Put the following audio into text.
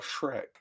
Shrek